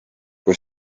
kui